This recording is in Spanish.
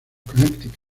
connecticut